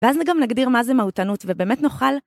ואז גם נגדיר מה זה מהותנות ובאמת נוכל.